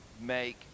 make